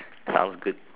sounds good